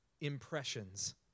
impressions